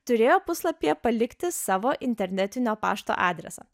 turėjo puslapyje palikti savo internetinio pašto adresą